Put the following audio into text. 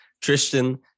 Tristan